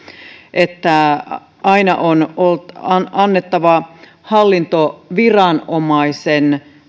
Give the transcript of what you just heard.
että aina on on annettava hallintoviranomaisen